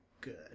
good